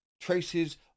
traces